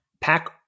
pack